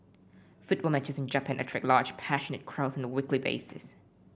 football matches in Japan attract large passionate crowds on a weekly basis